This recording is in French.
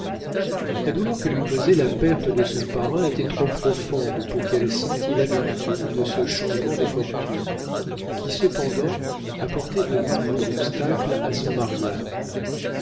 la douleur que lui causait la perte de son parrain était trop profonde pour qu'elle sentît l'amertume de ce changement de fortune qui cependant apportait de nouveaux obstacles à son mariage